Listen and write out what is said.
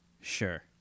Sure